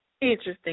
interesting